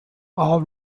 all